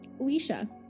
alicia